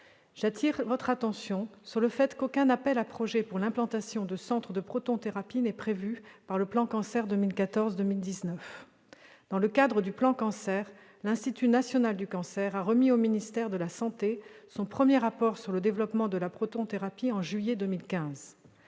J'attire votre attention sur le fait qu'aucun appel à projets pour l'implantation de centre de protonthérapie n'est prévu par le plan Cancer 2014-2019. Dans le cadre de ce plan Cancer, l'Institut national du cancer, l'INCa, a remis au ministère de la santé son premier rapport sur le développement de la protonthérapie en juillet 2015.